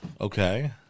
Okay